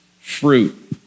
fruit